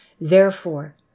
therefore